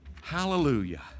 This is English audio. Hallelujah